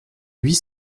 huit